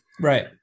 Right